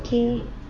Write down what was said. okay